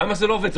למה זה לא עובד?